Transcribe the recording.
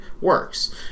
works